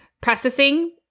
processing